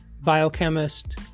biochemist